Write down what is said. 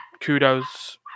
Kudos